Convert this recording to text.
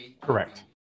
Correct